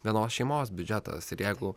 vienos šeimos biudžetas ir jeigu